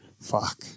Fuck